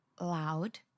loud